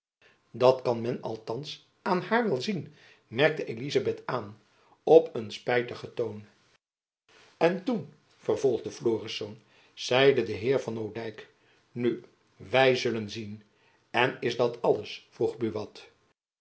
dat kan men althands aan haar wel zien merkte elizabeth aan op een spijtigen toon en toen vervolgde florisz zeide de heer van odijk nu wy zullen zien en is dat alles vroeg